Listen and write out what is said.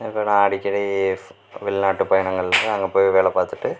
நான் அடிக்கடி வெளிநாட்டு பயணங்கள் அங்கே போய் வேலைப் பார்த்துட்டு